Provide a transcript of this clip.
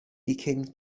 became